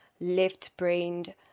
left-brained